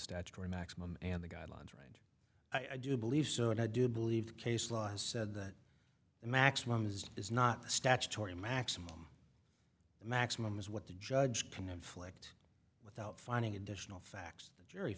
statutory maximum and the guidelines right i do believe so and i do believe the case law has said that the maximum is is not the statutory maximum the maximum is what the judge can inflict without finding additional facts the jury